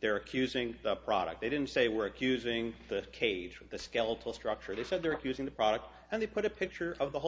they're accusing the product they didn't say we're accusing the cage with the skeletal structure they said they're accusing the product and they put a picture of the whole